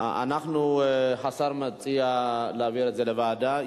השר מציע להעביר את הנושא לוועדה.